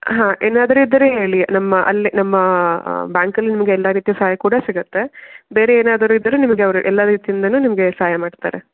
ಹಾಂ ಏನಾದರೂ ಇದ್ದರೆ ಹೇಳಿ ನಮ್ಮ ಅಲ್ಲೆ ನಮ್ಮ ಬ್ಯಾಂಕಲ್ಲಿ ನಿಮಗೆ ಎಲ್ಲ ರೀತಿಯ ಸಹಾಯ ಕೂಡ ಸಿಗುತ್ತೆ ಬೇರೆ ಏನಾದರೂ ಇದ್ದರೆ ನಿಮಗೆ ಅವರು ಎಲ್ಲ ರೀತಿಯಿಂದಲೂ ನಿಮಗೆ ಸಹಾಯ ಮಾಡ್ತಾರೆ